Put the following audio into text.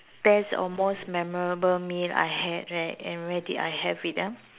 best or most memorable meal I had right and where did I have it ah